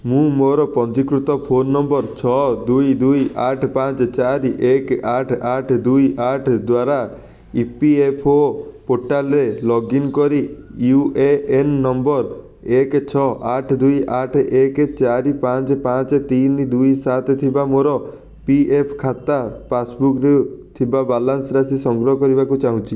ମୁଁ ମୋର ପଞ୍ଜୀକୃତ ଫୋନ୍ ନମ୍ବର୍ ଛଅ ଦୁଇ ଦୁଇ ଆଠ ପାଞ୍ଚ ଚାରି ଏକ ଆଠ ଆଠ ଦୁଇ ଆଠ ଦ୍ୱାରା ଇ ପି ଏଫ୍ ଓ ପୋର୍ଟାଲ୍ରେ ଲଗ୍ଇନ୍ କରି ୟୁ ଏ ଏନ୍ ନମ୍ବର୍ ଏକ ଛଅ ଆଠ ଦୁଇ ଆଠ ଏକ ଚାରି ପାଞ୍ଚ ପାଞ୍ଚ ତିନି ଦୁଇ ସାତ ଥିବା ମୋର ପି ଏଫ୍ ଖାତା ପାସ୍ବୁକ୍ରେ ଥିବା ବାଲାନ୍ସ ରାଶି ସଂଗ୍ରହ କରିବାକୁ ଚାହୁଁଛି